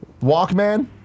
Walkman